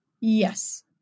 Yes